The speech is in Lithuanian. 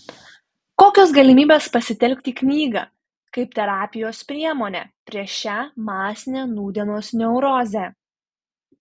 kokios galimybės pasitelkti knygą kaip terapijos priemonę prieš šią masinę nūdienos neurozę